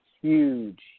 huge